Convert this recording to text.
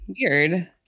weird